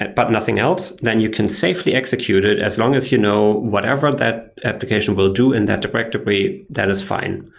but nothing else. then you can safely execute it as long as you know whatever that application will do in that directory. that is fine.